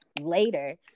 later